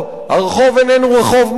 הרחוב איננו רחוב מוצל,